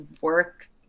work